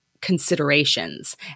considerations